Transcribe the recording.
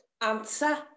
answer